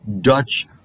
Dutch